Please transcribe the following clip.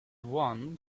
one